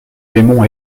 démon